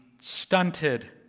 stunted